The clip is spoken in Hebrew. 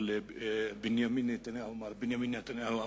של מר בנימין נתניהו,